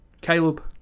caleb